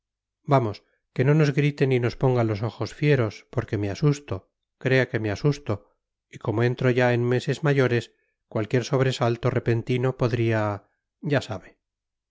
vamos que no nos grite ni ponga los ojos fieros porque me asusto crea que me asusto y como entro ya en meses mayores cualquier sobresalto repentino podría ya sabe